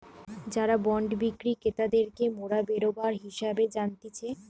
যারা বন্ড বিক্রি ক্রেতাদেরকে মোরা বেরোবার হিসেবে জানতিছে